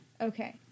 Okay